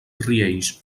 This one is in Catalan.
riells